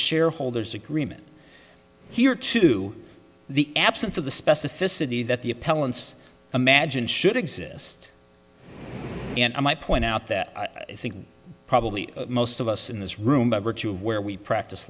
shareholders agreement here too the absence of the specificity that the appellant's imagine should exist and i might point out that i think probably most of us in this room by virtue of where we practice